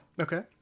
Okay